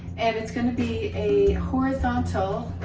and it's gonna be a horizontal